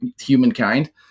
humankind